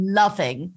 loving